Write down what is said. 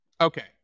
Okay